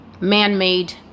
man-made